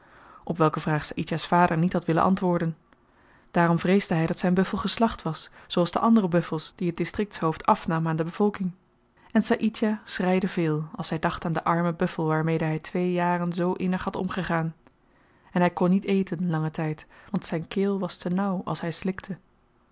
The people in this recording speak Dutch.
op welke vraag saïdjah's vader niet had willen antwoorden daarom vreesde hy dat zyn buffel geslacht was zooals de andere buffels die het distriktshoofd afnam aan de bevolking en saïdjah schreide veel als hy dacht aan den armen buffel waarmede hy twee jaren zoo innig had omgegaan en hy kon niet eten langen tyd want zyn keel was te nauw als hy slikte